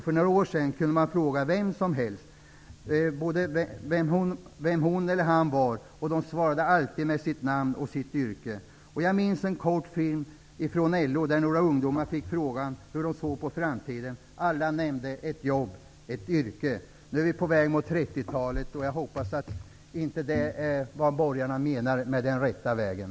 För några år sedan kunde man fråga vem som helst vem hon eller han var, och de svarade alltid med sitt namn och sitt yrke. Jag minns en kort film från LO, där några ungdomar fick frågan hur de såg på framtiden. Alla nämnde ett jobb, ett yrke. Nu är vi på väg mot 30-talet. Jag hoppas att inte det är vad borgarna menar med den rätta vägen.